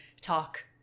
talk